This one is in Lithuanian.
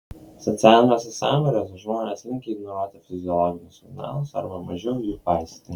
socialiniuose sambūriuose žmonės linkę ignoruoti fiziologinius signalus arba mažiau jų paisyti